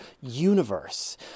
Universe